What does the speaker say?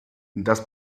das